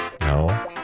No